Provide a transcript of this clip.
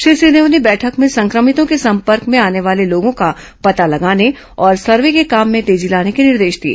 श्री सिंहदेव ने बैठक में संक्रमितों के संपर्क में आने वाले लोगों का पता लगाने और सर्वे के काम में तेजी लाने के निर्देश दिए